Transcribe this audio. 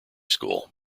school